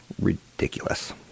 Ridiculous